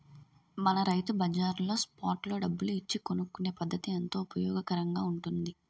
మన రైతు బజార్లో స్పాట్ లో డబ్బులు ఇచ్చి కొనుక్కునే పద్దతి ఎంతో ఉపయోగకరంగా ఉంటుంది